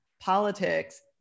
politics